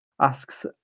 asks